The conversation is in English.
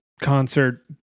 concert